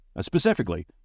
Specifically